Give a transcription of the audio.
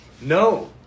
No